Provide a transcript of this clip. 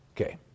Okay